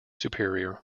superior